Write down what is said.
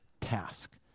task